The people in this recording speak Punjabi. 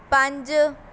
ਪੰਜ